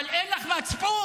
אבל אין לך מצפון,